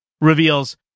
reveals